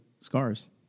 scars